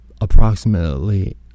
approximately